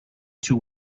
two